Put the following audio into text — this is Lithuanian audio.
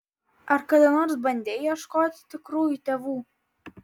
ar kada nors bandei ieškoti tikrųjų tėvų